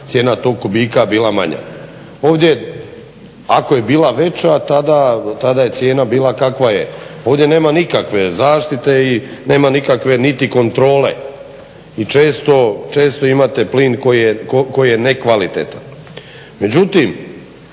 cijena tog kubika bila manja. Ovdje ako je bila veća tada je cijena bila kakva je. Ovdje nema nikakve zaštite i nema nikakve niti kontrole. I često imate plin koji je nekvalitetan.